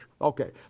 Okay